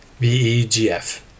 VEGF